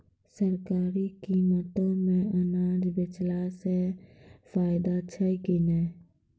सरकारी कीमतों मे अनाज बेचला से फायदा छै कि नैय?